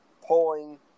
polling